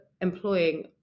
employing